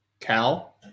Cal